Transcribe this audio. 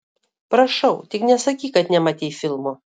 prašau tik nesakyk kad nematei filmo